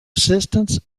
assistance